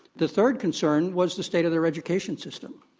the third concern was the state of their education system.